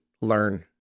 learn